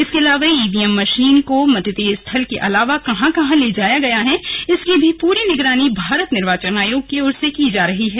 इसके अलावा EVM machine को मतदेय स्थल के अलावा कहां कहां ले जाया गया है इसकी भी पूरी निगरानी भारत निर्वाचन आयोग की ओर से की जा रही है